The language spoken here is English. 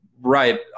right